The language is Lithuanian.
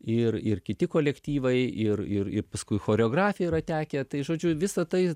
ir ir kiti kolektyvai ir ir i paskui choreografiją yra tekę tai žodžiu visa tai